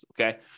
okay